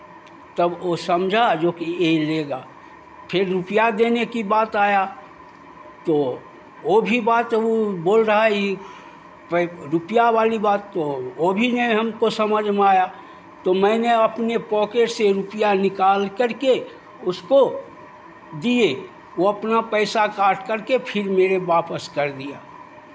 तब वो समझा जो कि ये लेगा फिर रुपैया देने की बात आया तो वो भी बात वो बोल रहा है ये पै रुपैया वाली बात तो वो भी नहीं हमको समझ में आया तो मैंने अपने पॉकेट से रुपैया निकाल कर के उसको दिये वो अपना पैसा काट कर के फिर मेरे वापस कर दिया